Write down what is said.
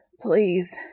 please